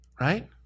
right